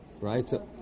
right